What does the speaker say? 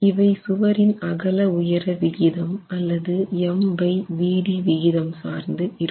இவை சுவரின் அகல உயர விகிதம் அல்லது MVd விகிதம் சார்ந்து இருக்கும்